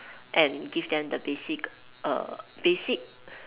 and give them the basic err basic